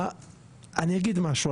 אני אגיד משהו,